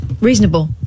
reasonable